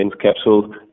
capsule